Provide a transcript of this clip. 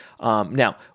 Now